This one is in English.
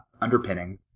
underpinning